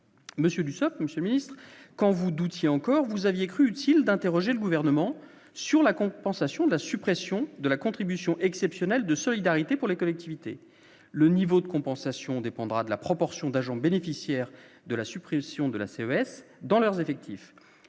monsieur Duceppe, Monsieur le Ministre quand vous doutiez encore vous aviez cru utile d'interroger le gouvernement sur la compensation de la suppression de la contribution exceptionnelle de solidarité pour les collectivités, le niveau de compensation dépendra de la proportion d'agents bénéficiaire de la suppression de la CES dans leurs effectifs,